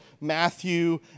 Matthew